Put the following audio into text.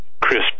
crisp